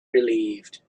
relieved